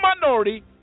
minority